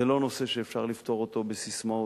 זה לא נושא שאפשר לפתור אותו בססמאות.